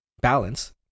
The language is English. balance